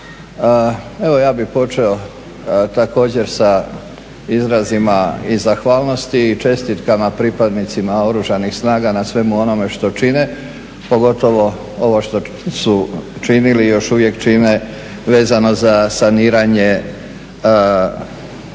Evo ja bih počeo također sa izrazima i zahvalnosti i čestitkama pripadnicima Oružanih snaga na svemu onome što čine, pogotovo ovo što su činili i još uvijek čine vezano za saniranje